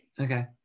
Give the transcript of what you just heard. okay